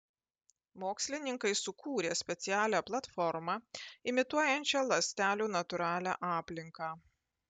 mokslininkai sukūrė specialią platformą imituojančią ląstelių natūralią aplinką